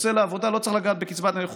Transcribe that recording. יוצא לעבודה, לא צריך לגעת בקצבת הנכות.